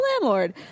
landlord